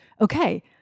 okay